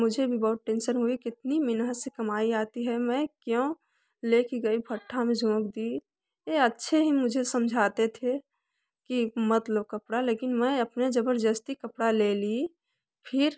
मुझे भी बहुत टेंसन हुई कितनी मेहनत से कमाई आती है मैं क्यों ले कर गई भट्टा में झोंक दी ये अच्छे ही मुझे समझाते थे कि मत लो कपड़ा लेकिन मैं अपने जबरजस्ती कपड़ा ले ली फिर